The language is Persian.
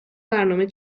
برنامه